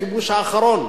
זה הכיבוש האחרון.